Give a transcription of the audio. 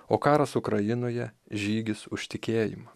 o karas ukrainoje žygis už tikėjimą